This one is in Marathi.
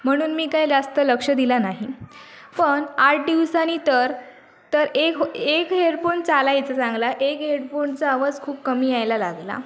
म्हणून मी काय जास्त लक्ष दिलं नाही पण आठ दिवसानी तर तर एक ह एक हेरफोन चालायचा चांगला एक हेडफोनचा आवाज खूप कमी यायला लागला